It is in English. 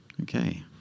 Okay